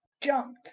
jumped